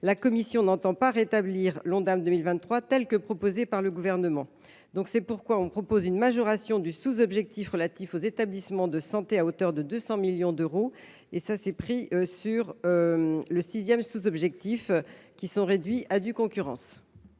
la commission n’entend pas rétablir l’Ondam 2023 tel que proposé par le Gouvernement. C’est pourquoi elle propose une majoration du sous objectif relatif aux établissements de santé à hauteur de 200 millions d’euros. Les crédits du sixième sous objectif sont réduits à due concurrence